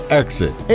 exit